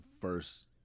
first